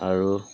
আৰু